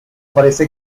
aparece